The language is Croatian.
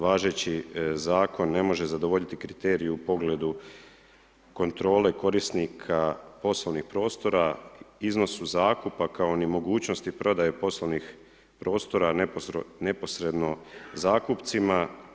Važeći zakon ne može zadovoljiti kriterije u pogledu kontrole korisnika poslovnih prostora, iznosu zakupa kao i nemogućnosti prodaje poslovnih prostora, neposredno zakupcima.